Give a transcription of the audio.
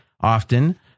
often